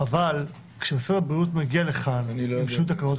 אבל כשמשרד הבריאות מגיע לכאן לאישור תקנות,